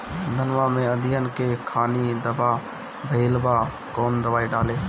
धनवा मै अखियन के खानि धबा भयीलबा कौन दवाई डाले?